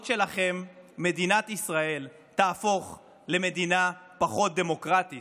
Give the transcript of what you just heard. שלכם מדינת ישראל תהפוך למדינה פחות דמוקרטית?